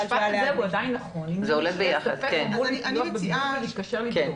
הוא אמור להתקשר לבדוק.